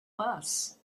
bus